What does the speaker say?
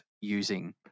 using